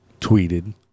tweeted